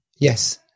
Yes